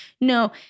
No